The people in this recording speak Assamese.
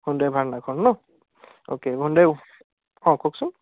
হোণ্ডাই ভাৰনাৰখন ন অ' কে হোণ্ডাই অঁ কওকচোন